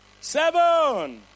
seven